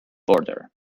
border